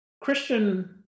Christian